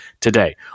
today